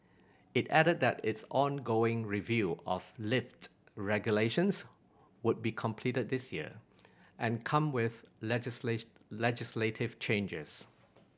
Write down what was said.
it added that its ongoing review of lift regulations would be completed this year and come with legislative changes